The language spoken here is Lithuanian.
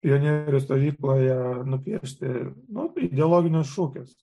pionierių stovykloje nupiešti nu ideologinius šūkius